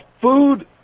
food